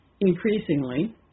increasingly